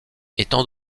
étant